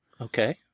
Okay